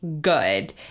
good